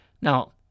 Now